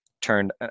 turned